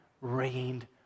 rained